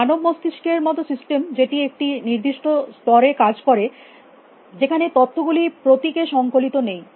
মানব মস্তিষ্কের মত সিস্টেম যেটি একটি নির্দিষ্ট স্তরে কাজ করে যেখানে তথ্য গুলি প্রতীক এ সংকলিত নেই